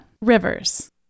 Rivers